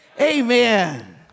Amen